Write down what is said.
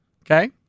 Okay